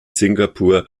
singapur